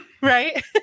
Right